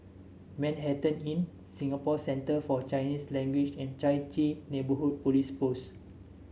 Manhattan Inn Singapore Center For Chinese Language and Chai Chee Neighbourhood Police Post